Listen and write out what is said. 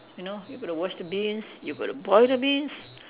you know you got to wash the beans you got to boil the beans